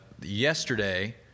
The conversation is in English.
yesterday